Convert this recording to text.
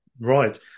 Right